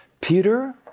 Peter